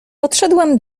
podszedłem